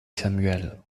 samuel